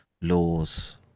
laws